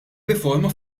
riforma